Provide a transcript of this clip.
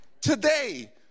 Today